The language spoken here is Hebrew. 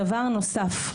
דבר נוסף,